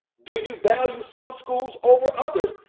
do you value some schools over others?